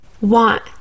want